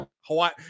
hawaii